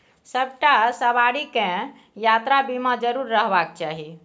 सभटा सवारीकेँ यात्रा बीमा जरुर रहबाक चाही